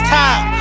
time